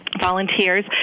volunteers